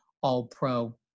All-Pro